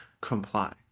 comply